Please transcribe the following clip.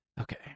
Okay